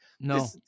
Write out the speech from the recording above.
no